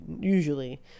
Usually